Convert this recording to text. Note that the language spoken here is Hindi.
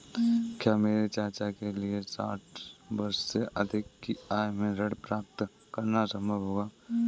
क्या मेरे चाचा के लिए साठ वर्ष से अधिक की आयु में ऋण प्राप्त करना संभव होगा?